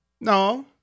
No